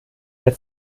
der